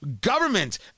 Government